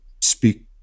speak